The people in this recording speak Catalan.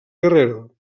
guerrero